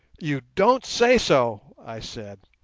you don't say so i said.